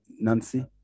Nancy